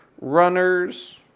Runners